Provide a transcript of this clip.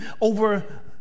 Over